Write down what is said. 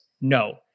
No